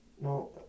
no